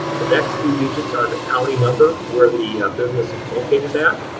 the next two digits are the county number where the business is located at,